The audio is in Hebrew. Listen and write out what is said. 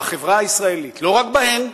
בחברה הישראלית, לא רק בהן,